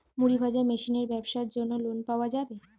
মুড়ি ভাজা মেশিনের ব্যাবসার জন্য লোন পাওয়া যাবে?